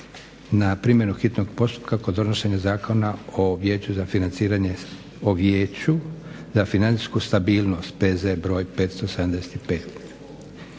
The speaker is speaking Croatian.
na primjenu hitnog postupka kod donošenja Zakona o Vijeću za financijsku stabilnost, PZ br. 575?